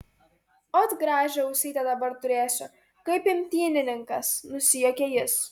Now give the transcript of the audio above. ot gražią ausytę dabar turėsiu kaip imtynininkas nusijuokė jis